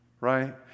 right